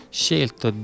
scelto